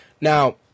Now